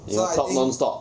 you will talk non-stop